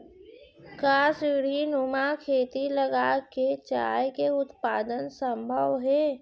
का सीढ़ीनुमा खेती लगा के चाय के उत्पादन सम्भव हे?